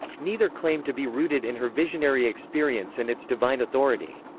neither claim to be rooted in her visionary experience and its divine authority.